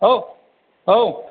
औ औ